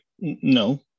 no